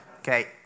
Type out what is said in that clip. Okay